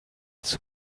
zum